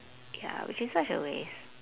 ya which is such a waste